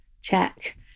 check